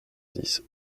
dix